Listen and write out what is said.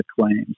claims